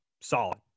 solid